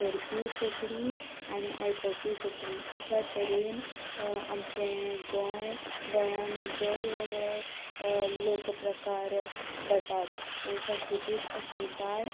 करपीय कोंकणी आनी आयकूपीय कोंकणी अशा तरेन आमचें गोंय गोंयान वेगवेगळे लोक प्रकार जातात सस्कृतीक अस्मिताय